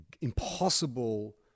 impossible